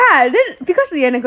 ya okay let's talk